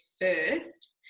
first